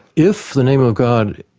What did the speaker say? if the name of god